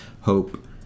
hope